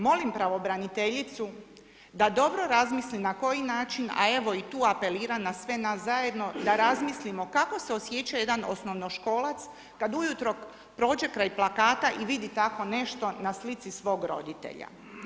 Molim pravobraniteljicu, da dobro razmisli, na koji način, a evo, i tu apelira na sve nas zajedno, da razmislimo kako se osjeća jedan osnovnoškolac, kada ujutro prođe kraj plakata i vidi tako nešto na slici svog roditelja.